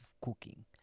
cooking